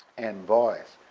and voice.